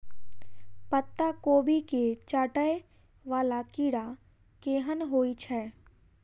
पत्ता कोबी केँ चाटय वला कीड़ा केहन होइ छै?